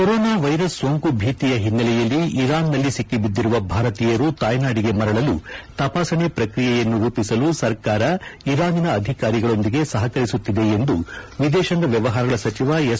corona virus ಸೋಂಕು ಭೀತಿಯ ಹಿನ್ನೆಲೆಯಲ್ಲಿ ಇರಾನ್ ನಲ್ಲಿ ಸಿಕ್ಕಿಬಿದ್ದಿರುವ ಭಾರತೀಯರು ತಾಯ್ನಾದಿಗೆ ಮರಳಲು ತಪಾಸಣೆ ಪ್ರಕ್ರಿಯೆಯನ್ನು ರೂಪಿಸಲು ಸರ್ಕಾರ ಇರಾನಿನ ಅಧಿಕಾರಿಗಳೊಂದಿಗೆ ಸಹಕರಿಸುತ್ತಿದೆ ಎಂದು ವಿದೇಶಾಂಗ ವ್ಯವಹಾರಗಳ ಸಚಿವ ಎಸ್